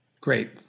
Great